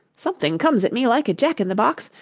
something comes at me like a jack-in-the-box,